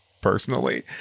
personally